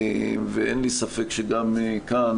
אין לי ספק שגם כאן